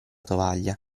tovaglia